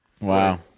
Wow